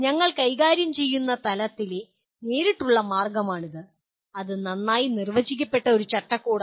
ഞങ്ങൾ കൈകാര്യം ചെയ്യുന്ന തലത്തിലെ നേരിട്ടുള്ള മാർഗ്ഗമാണിത് ഇത് നന്നായി നിർവചിക്കപ്പെട്ട ഒരു ചട്ടക്കൂടാണ്